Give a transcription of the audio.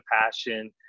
passion